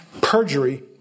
Perjury